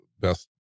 best